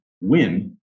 win